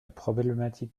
problématique